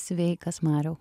sveikas mariau